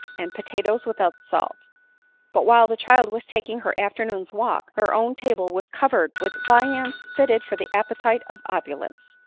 and potatoes without salt but while the child was taking her after noon's walk, her own table was covered with viands fitted for the appetite of opulence.